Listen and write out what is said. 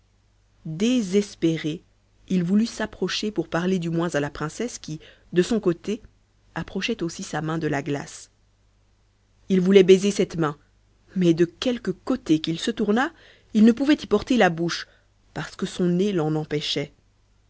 désespéré il voulut s'approcher pour parler du moins à la princesse qui de son côté approchait aussi sa main de la glace il voulait baiser cette main mais de quelque côté qu'il se tournât il ne pouvait y porter la bouche parce que son nez l'en empêchait